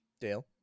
Dale